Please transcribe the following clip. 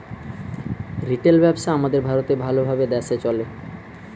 retail ব্যবসা আমাদের ভারতে ভাল ভাবে দ্যাশে চলে